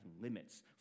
limits